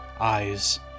Eyes